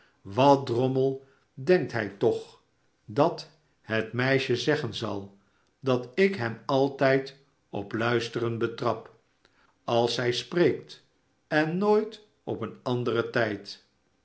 wat drommeldenkt hij toch dat het meisje zeggen zal dat ik hem altijd op luisteren betrap als zij spreekt en nooit op een anderen tijd